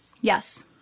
Yes